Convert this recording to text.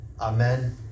Amen